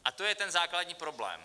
A to je ten základní problém.